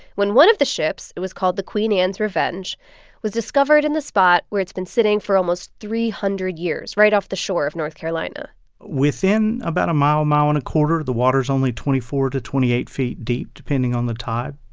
when one of the ships it was called the queen anne's revenge was discovered in the spot where it's been sitting for almost three hundred years, right off the shore of north carolina within about a mile mile and a quarter, the water's only twenty four to twenty eight feet deep, depending on the tide.